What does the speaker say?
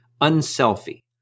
Unselfie